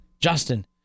Justin